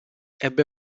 ebbe